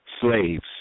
slaves